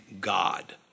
God